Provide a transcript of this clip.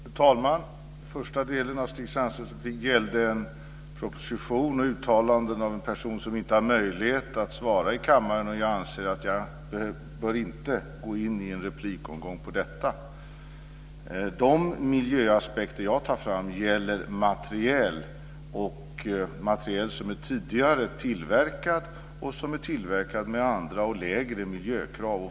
Fru talman! Första delen av Stig Sandströms replik gällde proposition och uttalanden av en person som inte har möjlighet att svara i kammaren, och jag anser att jag inte bör gå in i en replikomgång om detta. De miljöaspekter jag tar fram gäller materiel som är tillverkat tidigare med andra och lägre miljökrav.